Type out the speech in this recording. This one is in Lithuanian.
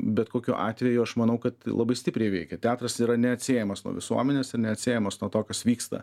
bet kokiu atveju aš manau kad labai stipriai veikia teatras yra neatsiejamas nuo visuomenės ir neatsiejamas nuo to kas vyksta